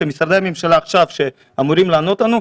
משרדי הממשלה שאמורים לענות לנו עכשיו,